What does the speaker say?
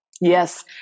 Yes